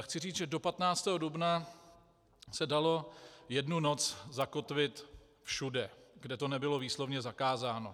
Chci říct, že do 15. dubna se dalo jednu noc zakotvit všude, kde to nebylo výslovně zakázáno.